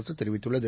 அரசு தெரிவித்துள்ளது